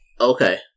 Okay